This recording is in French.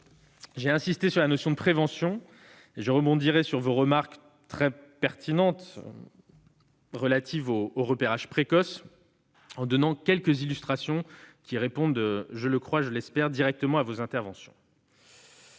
J'ai insisté sur la notion de prévention. Je rebondirai sur vos remarques très pertinentes relatives au repérage précoce, en vous donnant quelques illustrations qui, me semble-t-il, répondent directement à vos interventions.